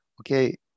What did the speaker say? okay